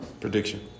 prediction